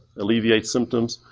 alleviate symptoms,